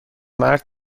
مرد